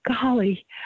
golly